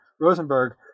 Rosenberg